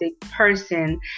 person